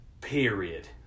Period